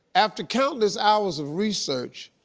after countless hours of research,